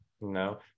no